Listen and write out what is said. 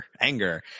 Anger